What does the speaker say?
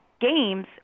games